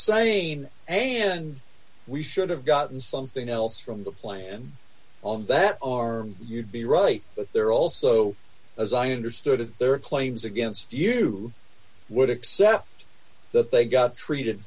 sane and we should have gotten something else from the plan on that arm you'd be right but they're also as i understood it their claims against you would accept that they got treated